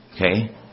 Okay